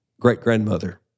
great-grandmother